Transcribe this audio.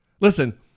Listen